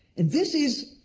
and this is